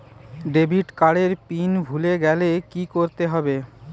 Debit card এর pin ভুলে গেলে কি করতে হবে?